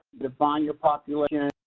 define your population,